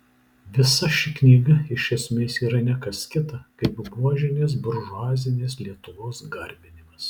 visa ši knyga iš esmės yra ne kas kita kaip buožinės buržuazinės lietuvos garbinimas